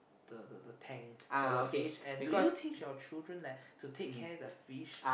the the the tank for the first do you teach your children to take care of the fish